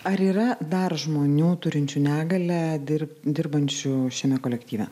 ar yra dar žmonių turinčių negalią ir dirbančių šiame kolektyve